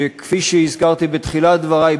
שכפי שהזכרתי בתחילת דברי,